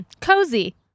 Cozy